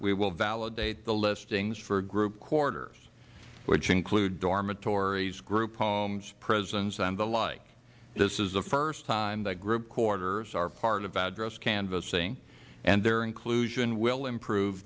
we will validate the listings for group quarters which include dormitories group homes prisons and the like this is the first time that group quarters are part of address canvassing and their inclusion will improve